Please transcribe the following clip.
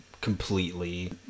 completely